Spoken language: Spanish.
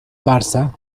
barça